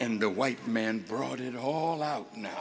and the white man brought it all out